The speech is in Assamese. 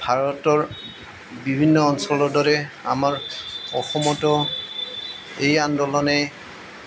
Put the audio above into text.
ভাৰতৰ বিভিন্ন অঞ্চলৰ দৰে আমাৰ অসমতো এই আন্দোলনে